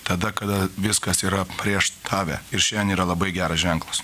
tada kada viskas yra prieš tave ir šiandien yra labai geras ženklas